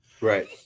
right